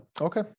Okay